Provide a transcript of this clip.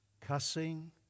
cussing